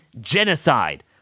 genocide